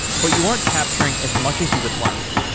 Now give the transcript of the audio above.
but you aren't capturing as much as you would like.